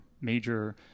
major